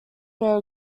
were